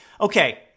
okay